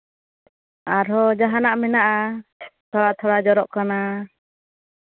ᱟᱨᱦᱚᱸ ᱡᱟᱦᱟᱱᱟᱜ ᱢᱮᱱᱟᱜᱼᱟ ᱛᱷᱚᱲᱟ ᱛᱷᱚᱲᱟ ᱡᱚᱨᱚᱜ ᱠᱟᱱᱟ